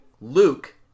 Luke